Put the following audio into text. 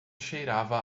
cheirava